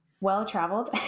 well-traveled